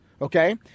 Okay